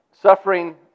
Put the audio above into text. suffering